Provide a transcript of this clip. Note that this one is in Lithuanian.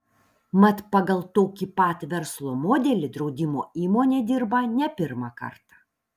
mat pagal tokį pat verslo modelį draudimo įmonė dirba ne pirmą kartą